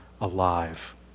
alive